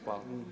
Hvala.